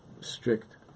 strict